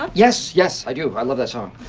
but yes. yes, i do. i love that song.